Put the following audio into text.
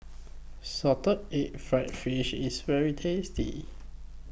Salted Egg Fried Fish IS very tasty